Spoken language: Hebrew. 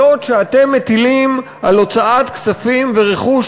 ההגבלות שאתם מטילים על הוצאת כספים ורכוש